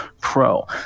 pro